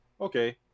okay